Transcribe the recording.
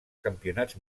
campionats